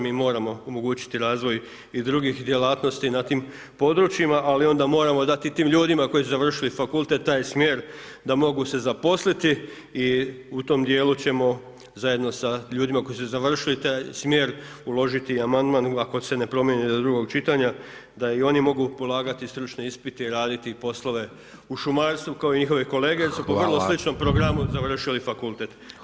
Mi moramo omogućiti razvoj i drugih djelatnosti na tim područijma, ali onda moramo dati i tim ljudima koji su završili fakultet taj smjer da mogu se zaposliti i u tom dijelu ćemo zajedno sa ljudima koji su završili taj smjer uložiti amandman ako se ne promijeni do drugog čitanja da i oni mogu polagati stručne ispite i raditi poslove u šumarstvu kao i njihove kolege jer su po vrlo sličnom programu završili fakultet.